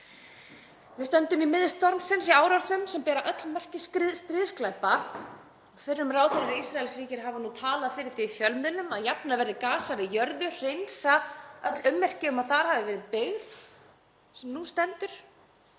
Við stöndum í miðju stormsins í árásum sem bera allar merki stríðsglæpa. Fyrrum ráðherrar Ísraelsríkis hafa nú talað fyrir því í fjölmiðlum að jafna verði Gaza við jörðu, hreinsa öll ummerki um að þar hafi verið byggð sem nú stendur